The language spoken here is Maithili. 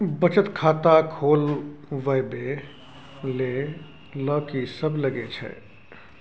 बचत खाता खोलवैबे ले ल की सब लगे छै?